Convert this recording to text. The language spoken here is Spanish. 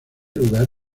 lugar